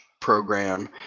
program